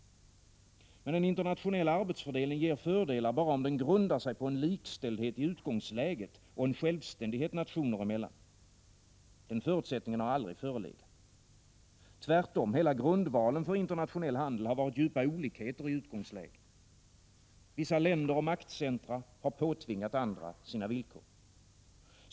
Men en internationell arbetsfördelning ger fördelar bara om den grundar sig på en likställdhet i utgångsläget och en självständighet nationer emellan. Den förutsättningen har aldrig förelegat. Tvärtom har hela grundvalen för internationell handel varit djupa olikheter i utgångsläge. Vissa länder och maktcentra har påtvingat andra sina villkor.